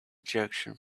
ejection